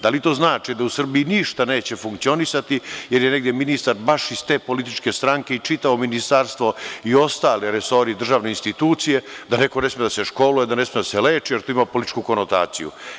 Da li to znači da u Srbiji ništa neće funkcionisati jer je negde ministar baš iz te političke stranke i čitavo ministarstvo i ostali resori i državne institucije, da neko ne sme da se školuje, da neko ne sme da se leči, jer to ima političku konotaciju?